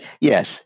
Yes